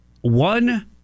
one